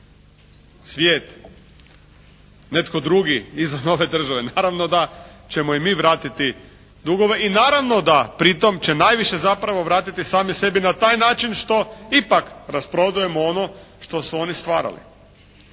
Svijet? Netko drugi iza nove države? Naravno da ćemo im mi vratiti dugove i naravno da pritom će najviše zapravo vratiti sami sebi na taj način što ipak rasprodajemo ono što su oni stvarali.